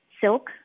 silk